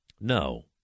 No